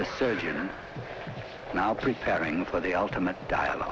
the surgeon now preparing for the ultimate dia